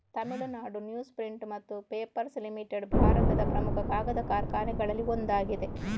Tamil Nadu news print ಮತ್ತು papers limited ಭಾರತದ ಪ್ರಮುಖ ಕಾಗದ ಕಾರ್ಖಾನೆಗಳಲ್ಲಿ ಒಂದಾಗಿದೆ